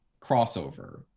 crossover